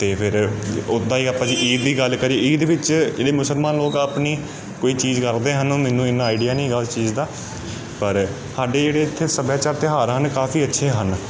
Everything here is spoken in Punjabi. ਅਤੇ ਫਿਰ ਉੱਦਾਂ ਹੀ ਆਪਾਂ ਜੇ ਈਦ ਦੀ ਗੱਲ ਕਰੀ ਈਦ ਵਿੱਚ ਜਿਹੜੇ ਮੁਸਲਮਾਨ ਲੋਕ ਆਪਣੀ ਕੋਈ ਚੀਜ਼ ਕਰਦੇ ਹਨ ਉਹ ਮੈਨੂੰ ਇੰਨਾ ਆਈਡੀਆ ਨਹੀਂ ਹੈਗਾ ਉਸ ਚੀਜ਼ ਦਾ ਪਰ ਸਾਡੇ ਜਿਹੜੇ ਇੱਥੇ ਸੱਭਿਆਚਾਰ ਤਿਉਹਾਰ ਹਨ ਕਾਫੀ ਅੱਛੇ ਹਨ